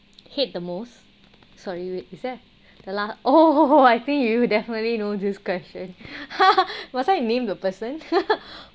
hate the most sorry is that lah oh I think you you definitely know this question last time you name the person